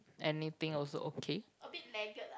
anything also okay